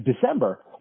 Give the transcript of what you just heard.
December